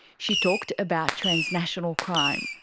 she talked about transnational crime,